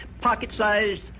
pocket-sized